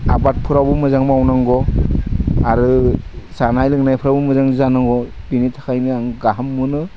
आबादफ्रावबो मोजां मावनांगौ आरो जानाय लोंनायफ्रावबो मोजां जानांगौ बिनि थाखायनो आं गाहाम मोनो